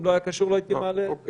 אם הוא לא היה קשור לא הייתי מעלה את זה.